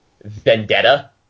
Vendetta